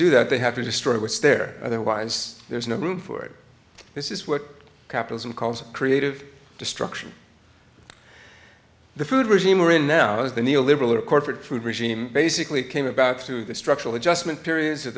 do that they have to destroy it was there otherwise there's no room for it this is what capitalism calls creative destruction the food regime we're in now is the neoliberal or corporate food regime basically came about through the structural adjustment periods of